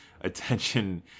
attention